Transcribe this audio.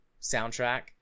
soundtrack